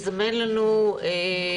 תודה רבה.